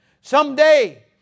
Someday